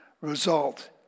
result